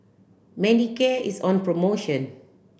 Manicare is on promotion